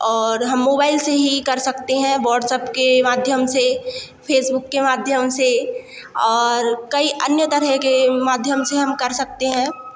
और हम मोबाइल से ही कर सकते हैं व्हाट्सएप के माध्यम से फेसबुक के माध्यम से और कई अन्य तरह के माध्यम से हम कर सकते हैं